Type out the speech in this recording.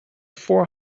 four